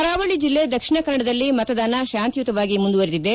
ಕರಾವಳಿ ಜಿಲ್ಲೆ ದಕ್ಷಿಣ ಕನ್ನಡದಲ್ಲಿ ಮತದಾನ ಶಾಂತಿಯುತವಾಗಿ ಮುಂದುವರಿದಿದೆ